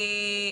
שלום.